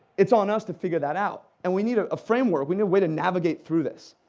it's on us to figure that out, and we need a ah framework, we need a way to navigate through this.